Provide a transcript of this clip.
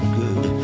good